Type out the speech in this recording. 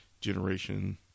generation